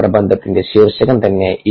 പ്രബന്ധ ത്തിന്റെ ശീർഷകം തന്നെ ഇ